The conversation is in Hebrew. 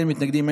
אין מתנגדים,